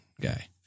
guy